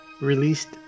released